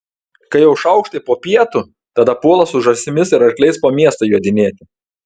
kai jau šaukštai po pietų tada puola su žąsimis ir arkliais po miestą jodinėti